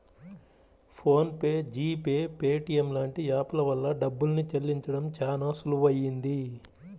phone pay, G pay, Paytm లాంటి app ల వల్ల డబ్బుల్ని చెల్లించడం చానా సులువయ్యింది